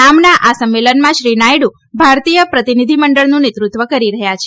નામના આ સંમેલનમાં શ્રી નાયડુ ભારતીય પ્રતિનિધિ મંડળનું નેતૃત્વ કરી રહયાં છે